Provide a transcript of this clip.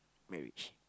marriage